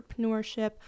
entrepreneurship